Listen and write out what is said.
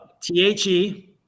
T-H-E